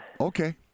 Okay